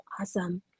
Awesome